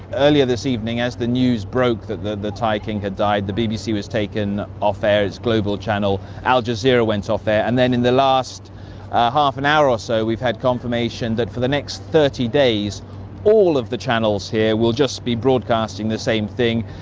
earlier this evening as the news broke that the the thai king had died, the bbc was taken off air, its global channel, al jazeera went off air, and then in the last half an hour or so we've had confirmation that for the next thirty days all of the channels here will just be broadcasting the same thing.